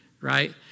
right